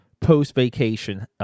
post-vacation